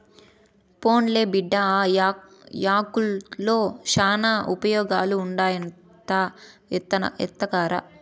పోన్లే బిడ్డా, ఆ యాకుల్తో శానా ఉపయోగాలుండాయి ఎత్తకరా